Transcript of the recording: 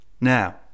now